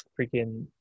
freaking